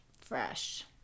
fresh